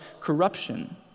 corruption